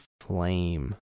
flame